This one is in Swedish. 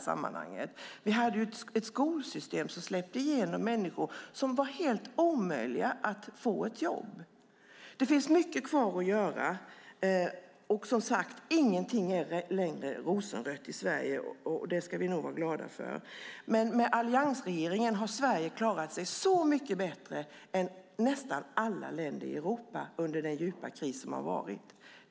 Tidigare hade vi ett skolsystem som släppte igenom människor som var helt omöjliga i fråga om att få ett jobb. Mycket återstår att göra. Ingenting är längre, som sagt, rosenrött i Sverige. Det ska vi nog vara glada över. Men med alliansregeringen har Sverige under den djupa kris som varit klarat sig så mycket bättre än nästan alla andra länder i Europa.